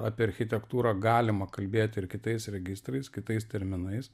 apie architektūrą galima kalbėti ir kitais registrais kitais terminais